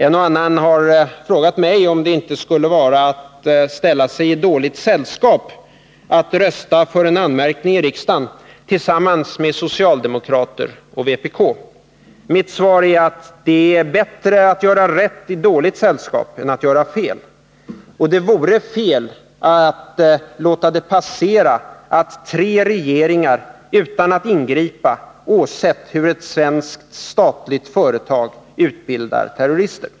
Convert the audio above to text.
En och annan har frågat mig om det inte skulle vara att ställa sig i dåligt sällskap att rösta för en anmärkning i riksdagen tillsammans med socialdemokrater och vpk. Mitt svar är att det är bättre att göra rätt i dåligt sällskap än att göra fel. Och det vore fel att låta det passera att tre regeringar utan att ingripa har åsett hur ett svenskt statligt företag utbildar terrorister.